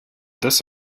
this